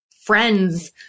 friends